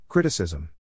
Criticism